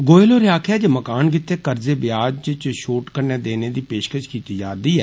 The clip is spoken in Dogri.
गोयल होरें आक्खेआ जे मकान गिते कर्जे ब्याज च छारे कन्नै देने दी पेषकष कीती जारदी ऐ